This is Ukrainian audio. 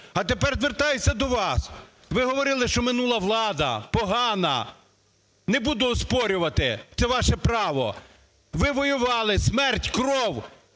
А тепер звертаюся до вас. Ви говорили, що минула влада, погана. Не буду оспорювати, це ваше право, ви воювали, смерть, кров